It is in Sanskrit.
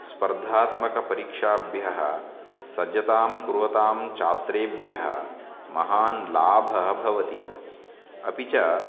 स्पर्धात्मकपरीक्षाभ्यः सज्जतां कुर्वद्भ्यः छात्रेभ्यः महान् लाभः भवति अपि च